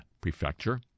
Prefecture